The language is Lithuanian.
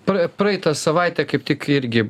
praei praeitą savaitę kaip tik irgi